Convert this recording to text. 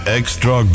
extra